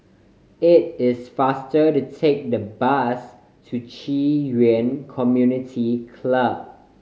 it is faster to take the bus to Yuan Community Club